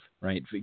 right